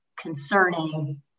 concerning